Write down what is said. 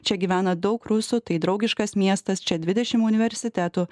čia gyvena daug rusų tai draugiškas miestas čia dvidešim universitetų